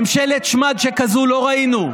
ממשלת שמד שכזאת לא ראינו.